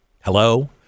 Hello